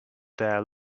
there